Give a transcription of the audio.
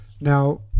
Now